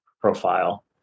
profile